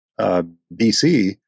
BC